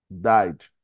died